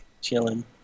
Chilling